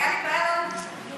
הייתה לי בעיה, לא